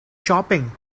shopping